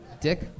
Dick